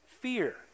Fear